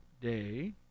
Day